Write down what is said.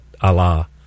Allah